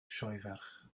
sioeferch